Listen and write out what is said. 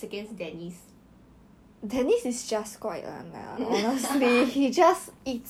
but actually elliot okay lah but you know that time right um it was